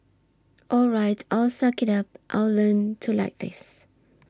all right I'll suck it up I'll learn to like this